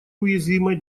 уязвимой